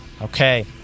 Okay